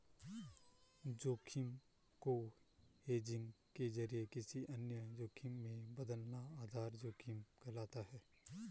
जोखिम को हेजिंग के जरिए किसी अन्य जोखिम में बदलना आधा जोखिम कहलाता है